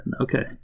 okay